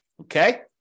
Okay